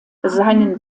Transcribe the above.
seinen